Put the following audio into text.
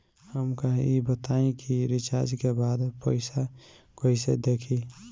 हमका ई बताई कि रिचार्ज के बाद पइसा कईसे देखी?